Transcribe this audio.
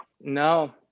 No